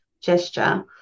gesture